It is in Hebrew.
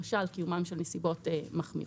למשל, קיומן של נסיבות מחמירות.